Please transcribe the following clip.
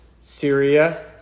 Syria